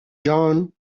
john